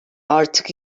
artık